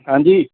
हाँ जी